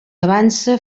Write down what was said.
avança